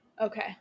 Okay